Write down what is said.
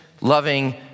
loving